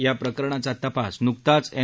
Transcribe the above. या प्रकरणाचा तपास न्कताच एन